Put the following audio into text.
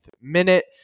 minute